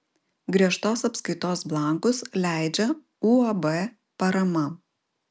griežtos apskaitos blankus leidžia uab parama